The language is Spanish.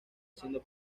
haciendo